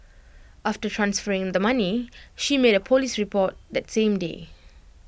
after transferring the money she made A Police report that same day